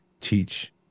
teach